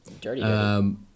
Dirty